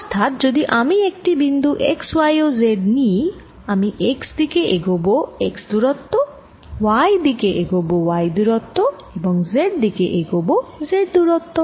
অর্থাৎ যদি আমি একটি বিন্দু x y ও z নিই আমি x দিকে এগোব xদূরত্ব y দিকে এগোব y দূরত্ব এবং z দিকে এগোব z দূরত্ব